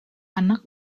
anak